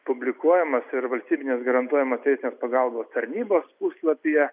publikuojamas ir valstybinės garantuojamos teisinės pagalba tarnybos puslapyje